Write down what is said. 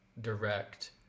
direct